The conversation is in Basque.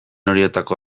horietako